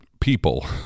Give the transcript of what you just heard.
people